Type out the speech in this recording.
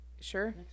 Sure